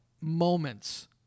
moments